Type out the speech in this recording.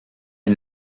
est